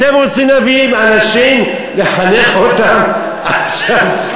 אתם רוצים להביא אנשים, לחנך אותם, עכשיו.